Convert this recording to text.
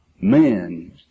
men